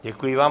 Děkuji vám.